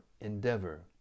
Endeavor